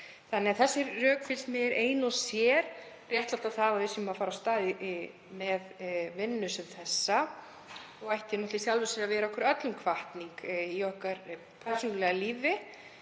ævinni. Þau rök finnst mér ein og sér réttlæta það að við séum að fara af stað með vinnu sem þessa og það ætti í sjálfu sér að vera okkur öllum hvatning í okkar persónulega lífi,